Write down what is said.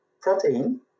protein